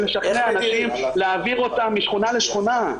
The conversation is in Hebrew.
לשכנע אנשים להעביר אותם משכונה לשכונה.